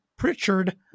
Pritchard